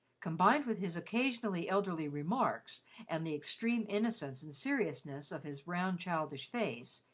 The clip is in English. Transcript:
combined with his occasionally elderly remarks and the extreme innocence and seriousness of his round childish face,